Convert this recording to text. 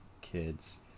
kids